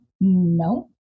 no